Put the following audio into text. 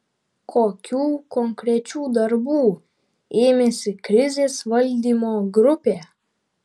kokių konkrečių darbų ėmėsi krizės valdymo grupė